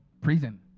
Prison